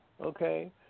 okay